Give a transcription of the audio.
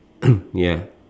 ya